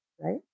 right